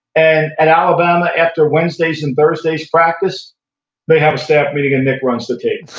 and at alabama after wednesday's and thursday's practice they have a staff meeting and nick runs the tapes.